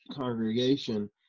congregation